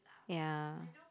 ya